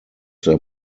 their